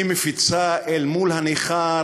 היא מפיצה אל מול הנכר